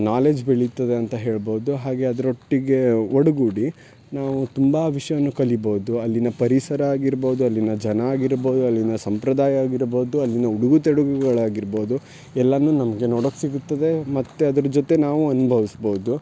knowledge ಬೆಳಿತದೆ ಅಂತ ಹೇಳ್ಬಹ್ದು ಹಾಗೆ ಅದರೊಟ್ಟಿಗೆ ಒಡಗೂಡಿ ನಾವು ತುಂಬ ವಿಷಯವನ್ನು ಕಲಿಬೋದು ಅಲ್ಲಿನ ಪರಿಸರ ಆಗಿರ್ಬಹ್ದು ಅಲ್ಲಿನ ಜನ ಆಗಿರ್ಬಹ್ದು ಅಲ್ಲಿನ ಸಂಪ್ರದಾಯ ಆಗಿರ್ಬಹ್ದು ಅಲ್ಲಿನ ಉಡುಗೆ ತೊಡುಗೆಗಳಾಗಿರ್ಬಹ್ದು ಎಲ್ಲವೂ ನಮಗೆ ನೋಡೋಕ್ಕೆ ಸಿಗುತ್ತದೆ ಮತ್ತು ಅದ್ರ ಜೊತೆ ನಾವು ಅನುಭವ್ಸ್ಬೋದು